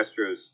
Astros